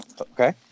Okay